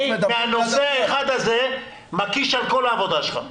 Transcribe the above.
מהנושא האחד הזה אני מקיש על כל העבודה שלך.